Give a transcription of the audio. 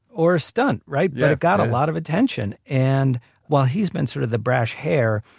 or a stunt, right? but it got a lot of attention. and while he's been sort of the brash hare,